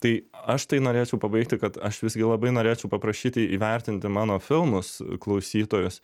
tai aš tai norėčiau pabaigti kad aš visgi labai norėčiau paprašyti įvertinti mano filmus klausytojus